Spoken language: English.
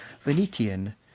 Venetian